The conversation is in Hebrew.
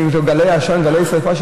גלאי שרפה,